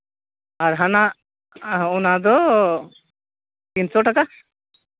ᱟᱨ ᱦᱟᱱᱟ ᱚᱱᱟᱫᱚ ᱛᱤᱱᱥᱚ ᱴᱟᱠᱟ